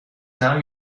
now